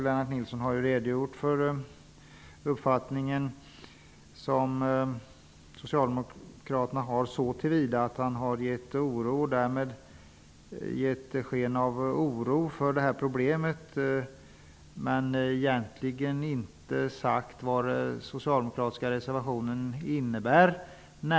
Lennart Nilsson har redogjort för socialdemokraternas uppfattning så till vida att han uttryckt oro för det här problemet. Men han har egentligen inte sagt vad den socialdemokratiska reservationen innebär.